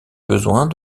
besoins